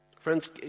Friends